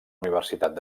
universitat